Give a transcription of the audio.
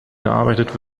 gearbeitet